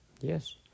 Yes